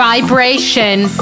Vibration